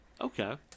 Okay